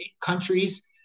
countries